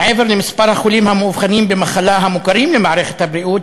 מעבר למספר החולים המאובחנים במחלה המוכרים למערכת הבריאות,